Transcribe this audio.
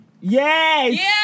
Yes